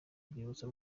urwibutso